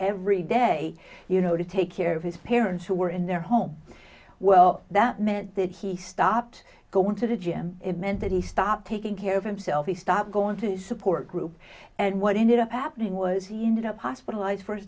every day you know to take care of his parents who were in their home well that meant that he stopped going to the gym it meant that he stopped taking care of himself he stopped going to support group and what ended up happening was you know hospitalized for his